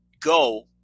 go